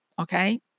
Okay